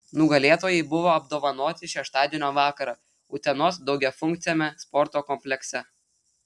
nugalėtojai buvo apdovanoti šeštadienio vakarą utenos daugiafunkciame sporto komplekse